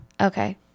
okay